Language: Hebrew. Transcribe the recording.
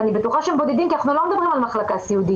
ואני בטוחה שהם בודדים כי אנחנו לא מדברים על מחלקה סיעודית.